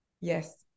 Yes